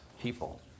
people